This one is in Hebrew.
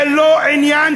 זה לא עניין,